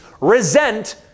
resent